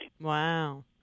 Wow